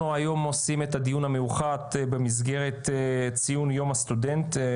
אנחנו היום עושים את הדיון המאוחד במסגרת ציון יום הסטודנט.